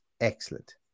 excellent